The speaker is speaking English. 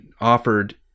offered